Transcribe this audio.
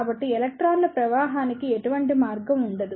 కాబట్టి ఎలక్ట్రాన్ల ప్రవాహానికి ఎటువంటి మార్గం ఉండదు